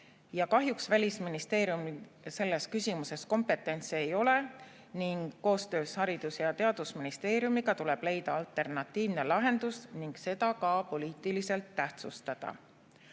Kahjuks Välisministeeriumil selles küsimuses kompetentsi ei ole ning koostöös Haridus‑ ja Teadusministeeriumiga tuleb leida alternatiivne lahendus ning seda ka poliitiliselt tähtsustada.